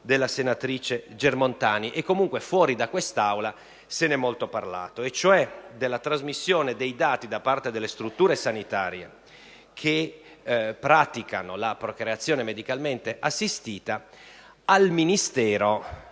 assistita. In ogni caso, anche fuori da quest'Aula si è molto parlato della trasmissione dei dati da parte delle strutture sanitarie che praticano la procreazione medicalmente assistita al Ministero